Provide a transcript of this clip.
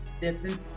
different